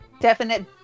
Definite